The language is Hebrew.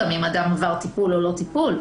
גם אם אדם עבר טיפול או לא עבר טיפול.